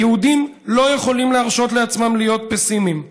היהודים לא יכולים להרשות לעצמם להיות פסימיים,